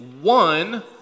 one